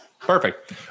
perfect